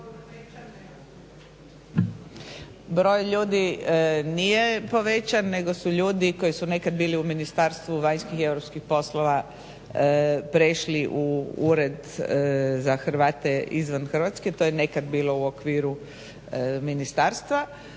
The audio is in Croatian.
Broj ljudi nije povećan, nego su ljudi koji su nekad bili u Ministarstvu vanjskih i europskih poslova prešli u Ured za Hrvate izvan Hrvatske. To je nekad bilo u okviru ministarstva.